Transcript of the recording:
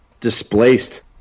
displaced